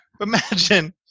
Imagine